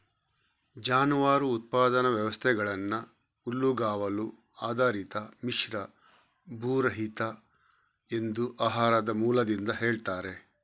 ಜಾನುವಾರು ಉತ್ಪಾದನಾ ವ್ಯವಸ್ಥೆಗಳನ್ನ ಹುಲ್ಲುಗಾವಲು ಆಧಾರಿತ, ಮಿಶ್ರ, ಭೂರಹಿತ ಎಂದು ಆಹಾರದ ಮೂಲದಿಂದ ಹೇಳ್ತಾರೆ